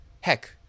heck